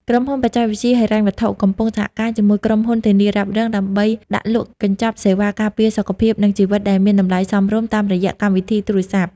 ក្រុមហ៊ុនបច្ចេកវិទ្យាហិរញ្ញវត្ថុ កំពុងសហការជាមួយក្រុមហ៊ុនធានារ៉ាប់រង ដើម្បីដាក់លក់កញ្ចប់សេវាការពារសុខភាព និងជីវិតដែលមានតម្លៃសមរម្យតាមរយៈកម្មវិធីទូរស័ព្ទ។